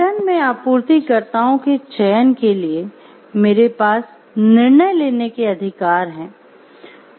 संगठन में आपूर्तिकर्ताओं के चयन के लिए मेरे पास निर्णय लेने के अधिकार हैं